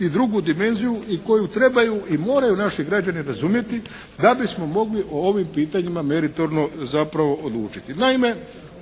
i drugu dimenziju i koju trebaju i moraju naši građani razumjeti da bismo mogli o ovim pitanjima meritorno zapravo odlučiti. Naime,